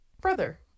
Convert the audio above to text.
brother